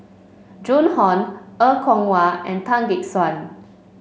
Joan Hon Er Kwong Wah and Tan Gek Suan